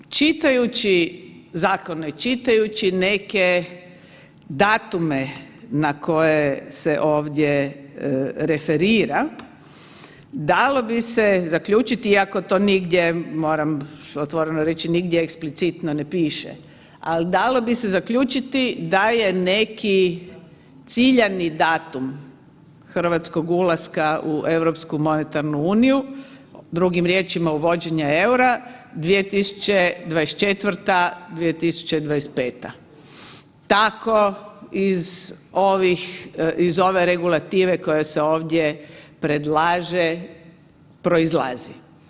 Čitajući zakone, čitajući neke datume na koje se ovdje referira, dalo bi se zaključiti iako to nigdje moram reći, nigdje eksplicitno piše, ali dalo bi se zaključiti da je neki ciljani datum hrvatskog ulaska u Europsku monetarnu uniju, drugim riječima uvođenje eura 2024.-2025. tako iz ove regulative koja se ovdje predlaže proizlazi.